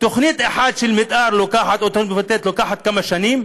תוכנית מתאר אחת לוקחת כמה שנים.